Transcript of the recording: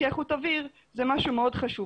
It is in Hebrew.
לערכי איכות אוויר, זה משהו מאוד חשוב.